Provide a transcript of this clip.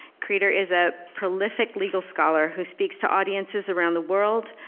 kreder is a prolific legal scholar who speaks to audiences around the world,